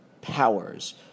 powers